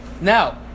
now